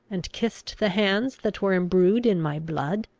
and kissed the hands that were imbrued in my blood?